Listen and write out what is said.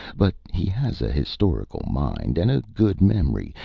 but he has a historical mind and a good memory,